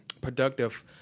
productive